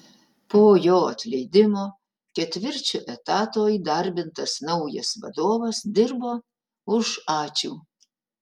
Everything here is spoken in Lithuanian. po jo atleidimo ketvirčiu etato įdarbintas naujas vadovas dirbo už ačiū